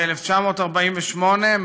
ב-1948,